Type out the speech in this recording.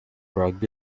rugby